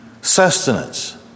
sustenance